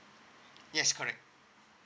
yes correct